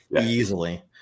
easily